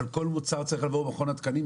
אבל כל מוצר צריך לעבור את מכון התקנים?